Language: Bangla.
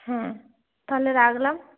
হ্যাঁ তাহলে রাখলাম